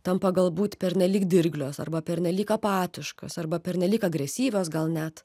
tampa galbūt pernelyg dirglios arba pernelyg apatiškos arba pernelyg agresyvios gal net